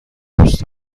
دوست